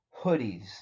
hoodies